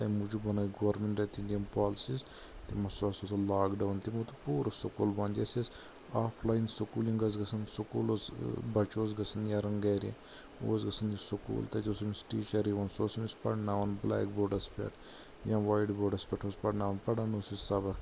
تَمہِ موٗجوٗب بنٲے گۄرمِنٹن تہِ تِم پالسِیٖز تِمو سۭتۍ ٲسۍ سہُ لاک ڈوُن تہِ پورٕ سکوٗل بند یۄس یۄس آف لاین سکوٗلِنگ ٲسۍ گژھان سکوٗل اوس بچہٕ اوس گژھان نٮ۪رَن گرِ یہِ اوس گژھان یہِ سکوٗل تتہِ اوس أمِس ٹیچر یوان سہُ اوس أمس پرناوان بلیک بورڈس پٮ۪ٹھ یا وایٹ بورڈس پٮ۪ٹھ اوس پرناوان پران اوس یہِ سبق